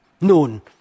noon